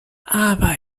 aber